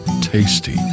tasty